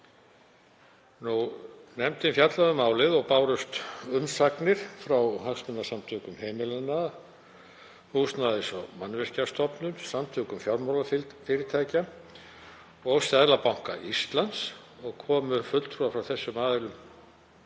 Nefndin fjallaði um málið og bárust umsagnir frá Hagsmunasamtökum heimilanna, Húsnæðis- og mannvirkjastofnun, Samtökum fjármálafyrirtækja og Seðlabanka Íslands og komu fulltrúar frá þessum aðilum